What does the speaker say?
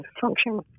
function